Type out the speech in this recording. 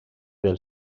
del